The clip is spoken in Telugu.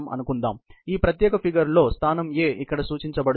ఈ ప్రత్యేక ఫిగర్ లో స్థానం A ఇక్కడ సూచించబడుతుంది